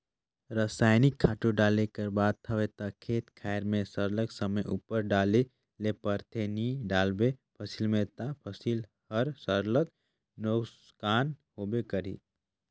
रसइनिक खातू डाले कर बात हवे ता खेत खाएर में सरलग समे उपर डाले ले परथे नी डालबे फसिल में ता फसिल हर सरलग नोसकान होबे करही